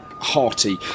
hearty